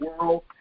world